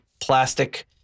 plastic